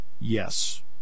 Yes